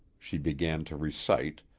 she began to recite,